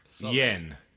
yen